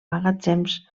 magatzems